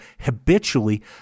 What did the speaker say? habitually